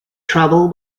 trouble